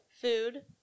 food